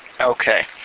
Okay